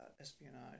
espionage